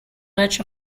much